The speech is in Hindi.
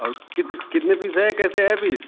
और कित कितने पीस है कैसे है पीस